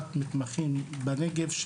להכשרת מתמחים בנגב,